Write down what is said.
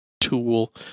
tool